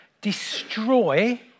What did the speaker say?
destroy